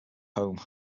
home